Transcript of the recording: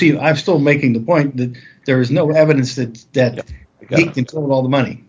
that i'm still making the point that there is no evidence that that all the money